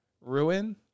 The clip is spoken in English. Ruin